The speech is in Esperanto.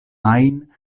ajn